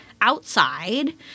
outside